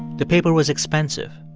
the paper was expensive.